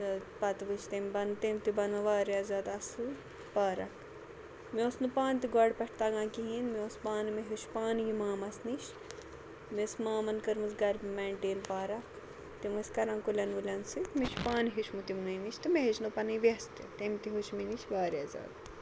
تہٕ پَتہٕ وٕچھ تٔمۍ بَن تٔمۍ تہِ بَنو واریاہ زیادٕ اَصٕل پارَک مےٚ اوس نہٕ پانہٕ تہِ گۄڈٕ پٮ۪ٹھ تَگان کِہیٖنۍ مےٚ اوس پانہٕ مےٚ ہیٚوچھ پانہٕ یہِ مامَس نِش مےٚ ٲسۍ مامَن کٔرمٕژ گَر میٚنٹین پارَک تِم ٲسۍ کَران کُلٮ۪ن وُلٮ۪ن سۭتۍ مےٚ چھُ پانہٕ ہیٚچھمُت تِمنٕے نِش تہٕ مےٚ ہیٚچھنٲو پَنٕنۍ وٮ۪س تٔمۍ تہ ہیٚچھ مےٚ نِش واریاہ زیادٕ